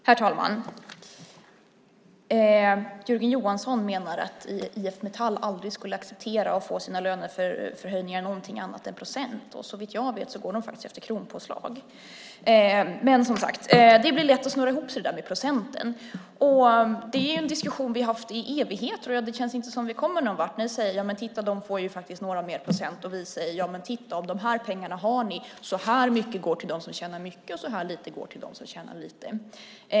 Herr talman! Jörgen Johansson menar att IF Metall aldrig skulle acceptera att få sina löneförhöjningar i någonting annat än procent. Såvitt jag vet går de faktiskt efter kronpåslag. Men det är lätt att snurra in sig i det där med procenten. Det är en diskussion vi har fört i evigheter, och det känns inte som om vi kommer någon vart. Ni säger: Titta, de får faktiskt några mer procent. Vi säger: Titta, de här pengarna har ni och så här mycket går till dem som tjänar mycket och så här lite går till dem som tjänar lite.